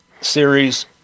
series